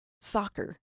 soccer